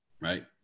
right